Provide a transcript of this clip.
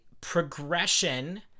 progression